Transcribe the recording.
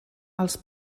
als